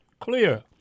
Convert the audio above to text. clear